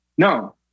No